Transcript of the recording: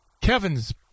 Kevin's